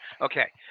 Okay